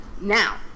now